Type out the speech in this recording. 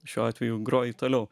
šiuo atveju groji toliau